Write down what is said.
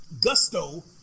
gusto